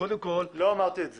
לא אמרתי את זה.